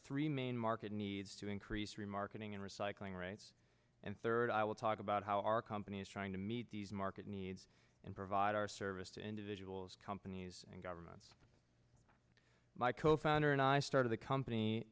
three main market needs to increase free marketing and recycling rights and third i will talk about how our company is trying to meet these market needs and provide our service to individuals companies and governments my co founder and i started the company